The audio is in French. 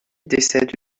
décède